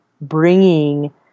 bringing